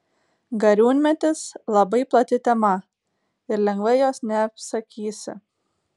gariūnmetis labai plati tema ir lengvai jos neapsakysi